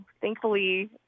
thankfully